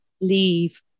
leave